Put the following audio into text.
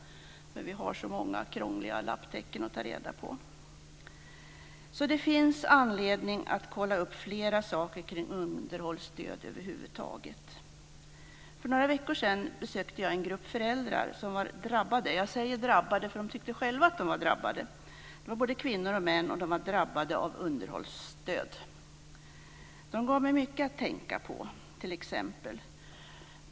Vi har så många krångliga lapptäcken att hålla ordning på. Det finns anledning att kolla upp flera saker kring underhållsstöd över huvud taget. För några veckor sedan besökte jag en grupp föräldrar som var drabbad - jag säger drabbad, för man tyckte själv att man var drabbad. Det var både kvinnor och män och de var drabbade av underhållsstöd. De gav mig mycket att tänka på.